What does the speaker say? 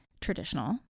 traditional